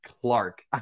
Clark